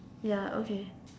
ya okay